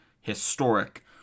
Historic